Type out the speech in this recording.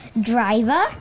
driver